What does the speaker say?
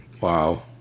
Wow